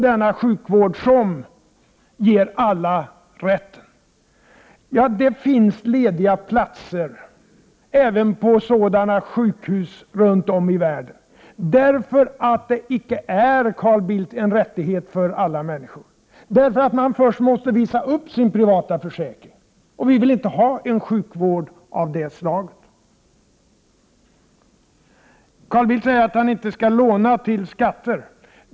Denna sjukvård ger alla samma rätt. Det finns lediga platser även på sådana sjukhus runt om i världen, därför att det icke är, Carl Bildt, en rättighet för alla människor. Man måste nämligen först visa upp sin privata försäkring. Vi vill inte ha en sjukvård av det slaget. Carl Bildt säger att man inte skall låna till skatter.